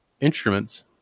instruments